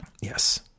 Yes